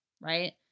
right